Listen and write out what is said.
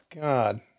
God